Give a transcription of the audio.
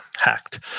hacked